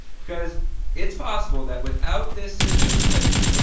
because it's possible that without this system in place,